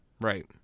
right